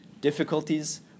difficulties